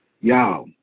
Y'all